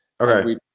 Okay